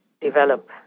develop